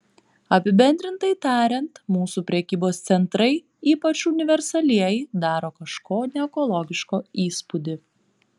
apibendrintai tariant mūsų prekybos centrai ypač universalieji daro kažko neekologiško įspūdį